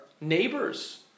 neighbors